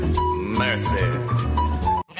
Mercy